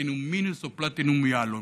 פלטינום מינוס, או פלטינום יהלומים,